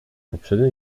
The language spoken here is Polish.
poprzednio